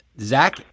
Zach